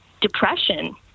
depression